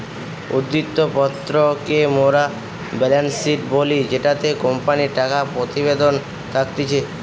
উদ্ধৃত্ত পত্র কে মোরা বেলেন্স শিট বলি জেটোতে কোম্পানির টাকা প্রতিবেদন থাকতিছে